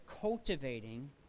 cultivating